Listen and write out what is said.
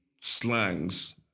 slangs